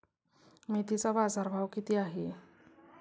मेथीचा बाजारभाव किती आहे?